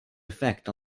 effect